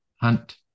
hunt